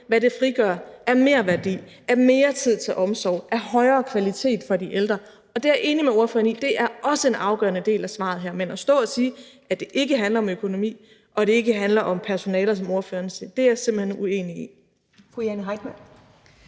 hvad det frigør af merværdi, af mere tid til omsorg og af højere kvalitet for de ældre, og det er jeg enig med ordføreren i også er en afgørende del af svaret. Men at man kan stå og sige, at det ikke handler om økonomi og det ikke handler om personale, som ordføreren siger, er jeg simpelt hen uenig i.